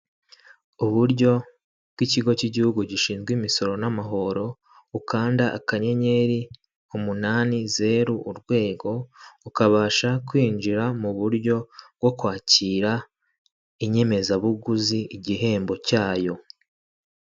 Uburyo bw'ikigo cy'igihugu gishinzwe imisoro n'amahoro, ukanda akanyenyeri, umunani, zeru, urwego, ukabasha kwinjira mu buryo bwo kwakira inyemezabuguzi, igihembo cyayo.